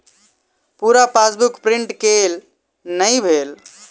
पूरा passbook print केल नहि भेल